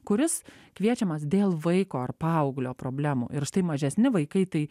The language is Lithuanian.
kuris kviečiamas dėl vaiko ar paauglio problemų ir štai mažesni vaikai tai